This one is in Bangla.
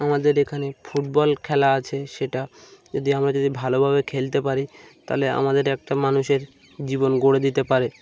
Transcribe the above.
আমাদের এখানে ফুটবল খেলা আছে সেটা যদি আমরা যদি ভালোভাবে খেলতে পারি তাহলে আমাদের একটা মানুষের জীবন গড়ে দিতে পারে